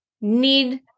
need